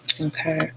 okay